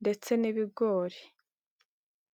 ndetse n'ibigori.